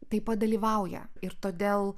taip pat dalyvauja ir todėl